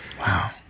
Wow